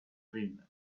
dreamland